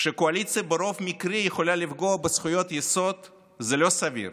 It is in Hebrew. כשקואליציה יכולה לפגוע בזכויות יסוד ברוב מקרי ,זה לא סביר